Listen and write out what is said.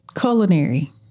culinary